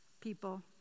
people